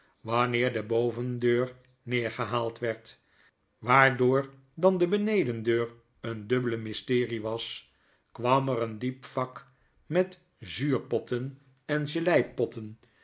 wanneer de bovendeur neergehaald werd waardoor dan de benedendeur een dubbele mysterie was kwam er een diep vak met zuurpotten en